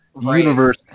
universe